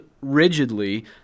rigidly